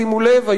שימו לב,